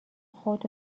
خود